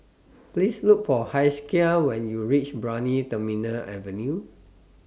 Please Look For Hezekiah when YOU REACH Brani Terminal Avenue